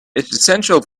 essential